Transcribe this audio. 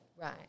Right